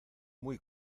muy